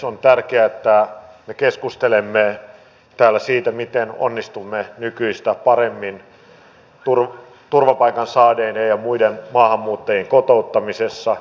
on tärkeää että me keskustelemme täällä siitä miten onnistumme nykyistä paremmin turvapaikan saaneiden ja muiden maahanmuuttajien kotouttamisessa